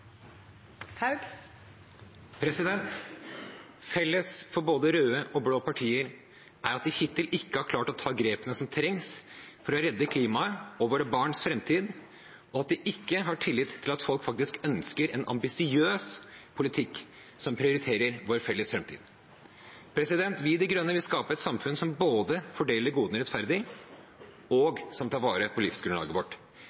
Felles for røde og blå partier er at de hittil ikke har klart å ta grepene som trengs for å redde klimaet og våre barns framtid, og at de ikke har tillit til at folk faktisk ønsker en ambisiøs politikk som prioriterer vår felles framtid. Vi i Miljøpartiet De Grønne vil skape et samfunn som både fordeler godene rettferdig og tar vare på livsgrunnlaget vårt.